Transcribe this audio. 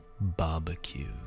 barbecue